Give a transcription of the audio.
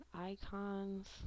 icons